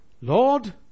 Lord